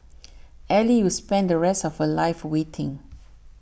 Ally will spend the rest of her life waiting